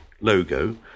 logo